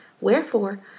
Wherefore